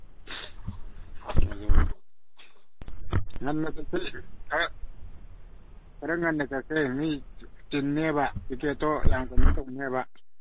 ꯑꯗꯨ ꯉꯟꯅ ꯆꯠꯁꯤ ꯈꯔ ꯈꯔ ꯉꯟꯅ ꯆꯠꯁꯦ ꯃꯤ ꯆꯤꯟꯅꯦꯕ ꯇꯤꯀꯦꯠꯇꯣ ꯌꯥꯝ ꯀꯩꯅꯣ ꯇꯧꯅꯦꯕ